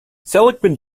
seligman